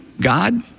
God